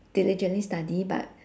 diligently study but